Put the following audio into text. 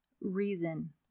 reason